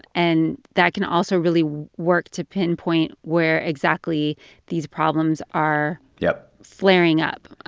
and that can also really work to pinpoint where exactly these problems are. yep. flaring up.